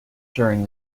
during